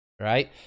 Right